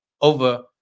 Over